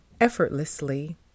effortlessly